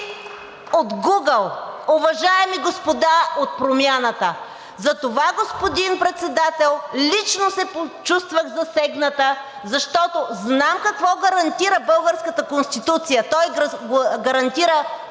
от Гугъл, уважаеми господа от Промяната. Затова, господин Председател, лично се почувствах засегната, защото знам какво гарантира българската Конституция. Тя гарантира